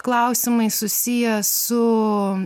klausimai susiję su